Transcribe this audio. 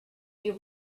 you